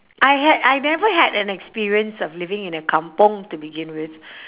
I had I never had an experience of living in a kampung to begin with